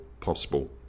possible